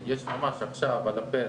יש ממש עכשיו על הפרק,